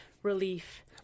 relief